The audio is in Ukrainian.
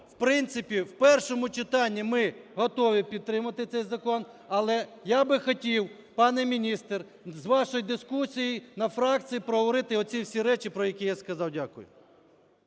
в першому читанні ми готові підтримати цей закон, але я би хотів, пане міністре, з вашої дискусії на фракції проговорити оці всі речі, про які я сказав. Дякую.